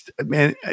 man